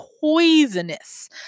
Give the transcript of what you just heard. poisonous